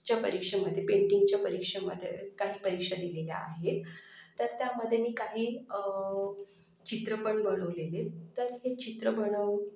च्या परीक्षेमध्ये पेंटिंगच्या परीक्षेमध्ये काही परीक्षा दिलेल्या आहेत तर त्यामध्ये मी काही चित्र पण बनवलेली तर हे चित्र बनव